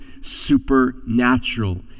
supernatural